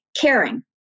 caring